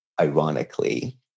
ironically